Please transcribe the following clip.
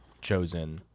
chosen